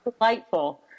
Delightful